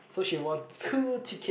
so she won two ticket